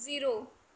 zero